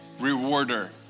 rewarder